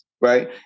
right